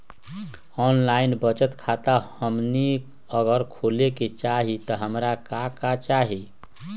Online बचत खाता हमनी अगर खोले के चाहि त हमरा का का चाहि?